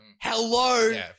Hello